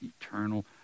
eternal